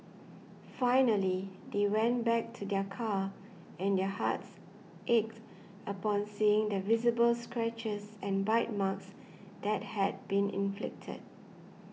finally they went back to their car and their hearts ached upon seeing the visible scratches and bite marks that had been inflicted